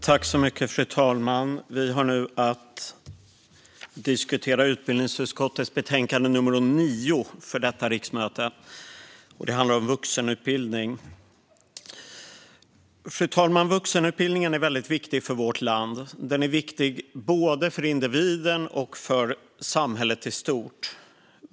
Fru talman! Vi har nu att diskutera utbildningsutskottets betänkande 9 för detta riksmöte, och det handlar om vuxenutbildning. Fru talman! Vuxenutbildningen är viktig för vårt land. Den är viktig för både individen och samhället i stort.